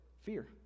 fear